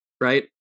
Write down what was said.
right